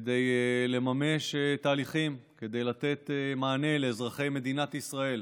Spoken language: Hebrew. לממש תהליכים, לתת מענה לאזרחי מדינת ישראל,